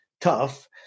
tough